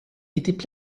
étaient